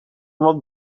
wat